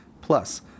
Plus